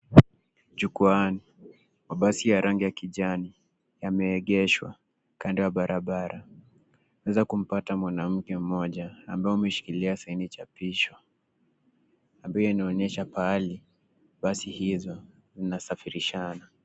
Jukwaani, mabasi ya rangi ya kijani yameegeshwa kando ya barabara. Tunaeza kumpata mwanamke mmoja ambao ameshikilia saini chapisho ambayo inaonesha pahali basi hizo zinasafirishana.